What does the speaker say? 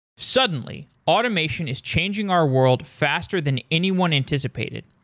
suddenly, automation is changing our world faster than anyone anticipated.